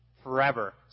forever